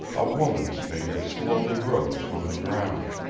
a woman's figure slowly rose from the ground.